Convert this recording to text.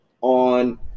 on